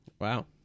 Wow